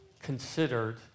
considered